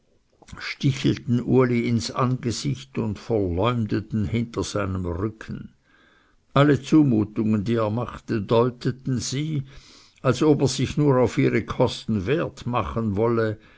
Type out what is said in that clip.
stichelten uli ins angesicht und verleumdeten hinter seinem rücken alle zumutungen die er machte deuteten sie als ob er sich nur auf ihre kosten wert machen wolle